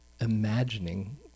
imagining